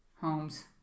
Holmes